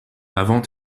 avant